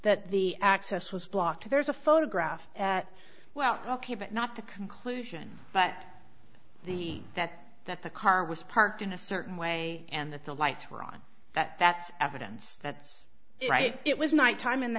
that the access was blocked there's a photograph at well ok but not the conclusion but the that that the car was parked in a certain way and that the lights were on that that's evidence that's right it was nighttime in the